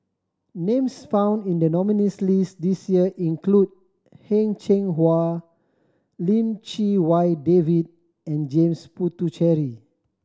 names found in the nominees' list this year include Heng Cheng Hwa Lim Chee Wai David and James Puthucheary